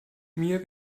mir